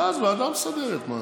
לא, ועדה מסדרת.